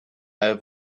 have